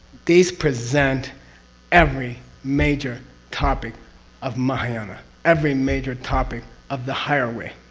these present every major topic of mahayana every major topic of the higher way.